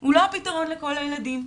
הוא לא הפתרון לכל הילדים.